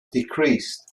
decreased